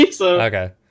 Okay